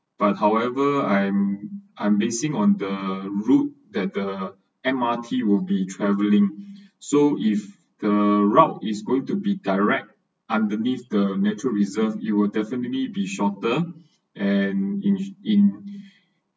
but however I'm I'm basing on the route that the M_R_T will be traveling so if the route is going to be direct underneath the natural reserved it will definitely be shorter and in in